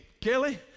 Kelly